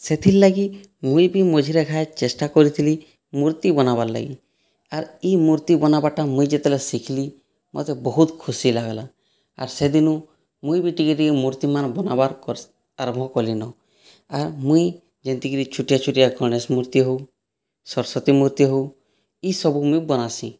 ସେଥିର ଲାଗି ମୁଇଁ ବି ମଝିରେ ଘାଏ ଚେଷ୍ଟା କରିଥିଲି ମୂର୍ତ୍ତି ବନାବାର ଲାଗି ଆର୍ ଇ ମୂର୍ତ୍ତି ବନାବାରଟା ମୁଇଁ ଯେତେବେଳେ ଶିଖିଲି ମୋତେ ବହୁତ ଖୁସି ଲାଗଲା ଆର୍ ସେଦିନୁଁ ମୁଇଁ ବି ଟିକେ ଟିକେ ମୂର୍ତ୍ତିମାନ ବନାବାର କର୍ସ ଆରମ୍ଭ କଲିନ ଆର୍ ମୁଇଁ ଯେନ୍ତିକିରି ଛୁଟିଆ ଛୁଟିଆ ଗଣେଶ ମୂର୍ତ୍ତି ହେଉ ସରସ୍ଵତୀ ମୂର୍ତ୍ତି ହେଉ ଇ ସବୁ ମୁଇଁ ବନାସିଁ